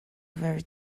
very